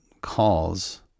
calls